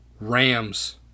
rams